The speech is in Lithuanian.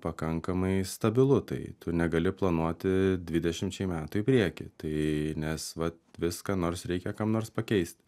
pakankamai stabilu tai tu negali planuoti dvidešimčiai metų į priekį tai nes va vis ką nors reikia kam nors pakeisti